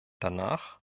danach